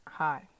Hi